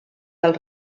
del